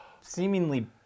seemingly